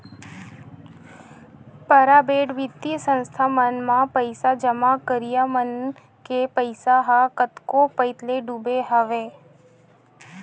private बित्तीय संस्था मन म पइसा जमा करइया मन के पइसा ह कतको पइत ले डूबे हवय